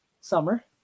summer